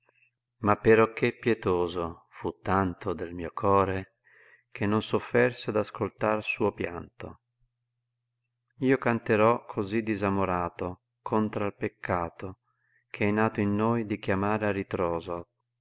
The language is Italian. ma perocché pietoso fu tanto del mio core che non sofferse d'ascoltar suo pianto io canterò cosi disamorato contr'al peccato ch'è nato in noi di chiamare a ritroso